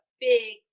big